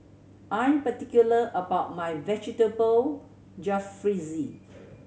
I'm particular about my Vegetable Jalfrezi